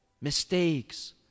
mistakes